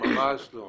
ממש לא.